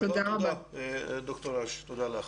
מאוד תודה, ד"ר אש, תודה לך.